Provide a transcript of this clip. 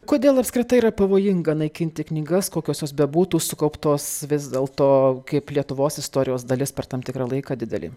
kodėl apskritai yra pavojinga naikinti knygas kokios jos bebūtų sukauptos vis dėlto kaip lietuvos istorijos dalis per tam tikrą laiką didelį